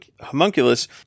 homunculus